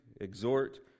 exhort